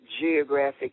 geographic